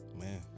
man